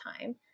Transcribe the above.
time